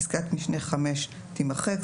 פסקת משנה (5) תימחק,